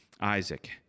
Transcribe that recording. Isaac